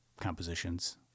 compositions